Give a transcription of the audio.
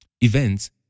Events